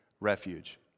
Refuge